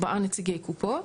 ארבעה נציגי קופות